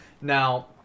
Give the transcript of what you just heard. Now